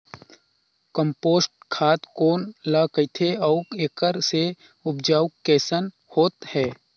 Compost खाद कौन ल कहिथे अउ एखर से उपजाऊ कैसन होत हे?